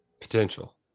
Potential